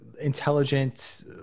intelligent